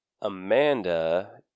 Amanda